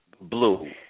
blue